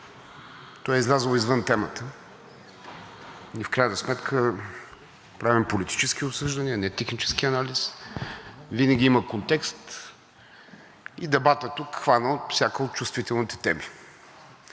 той е излязъл извън темата. Ние в крайна сметка правим политически обсъждания – не технически анализ. Винаги има контекст и дебатът тук хвана всяка от чувствителните теми.